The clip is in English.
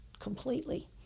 Completely